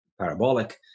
parabolic